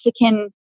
Mexican